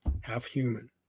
half-human